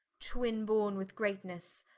twin-borne with greatnesse,